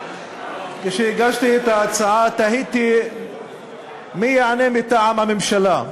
כשהגשתי את ההצעה תהיתי מי יענה מטעם הממשלה,